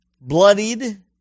bloodied